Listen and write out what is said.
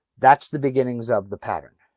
that's the beginnings of the pattern.